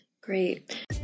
great